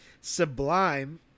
Sublime